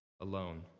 alone